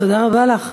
תודה רבה לך.